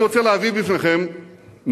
אני רוצה להביא בפניכם נתון